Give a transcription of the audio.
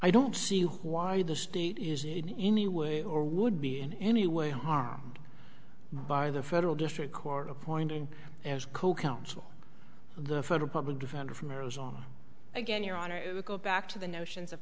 i don't see why the state is in any way or would be in any way harmed by the federal district court appointed as co counsel the federal public defender from arizona again your honor it would go back to the notions of